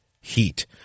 heat